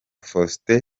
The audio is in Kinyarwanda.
faustin